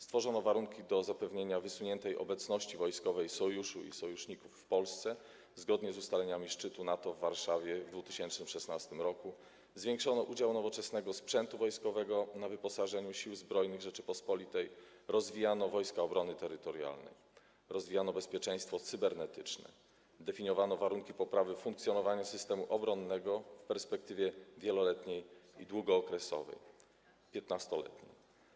Stworzono warunki do zapewnienia wysuniętej obecności wojskowej Sojuszu i sojuszników w Polsce, zgodnie z ustaleniami szczytu NATO w Warszawie w 2016 r., zwiększono udział nowoczesnego sprzętu wojskowego na wyposażeniu Sił Zbrojnych Rzeczypospolitej, rozwijano Wojska Obrony Terytorialnej, rozwijano bezpieczeństwo cybernetyczne, definiowano warunki poprawy funkcjonowania systemu obronnego w perspektywie wieloletniej i długookresowej, 15-letniej.